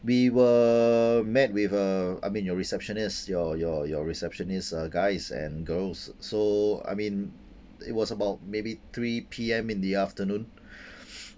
we were met with a I mean your receptionist your your your receptionist uh guys and girls so I mean it was about maybe three P_M in the afternoon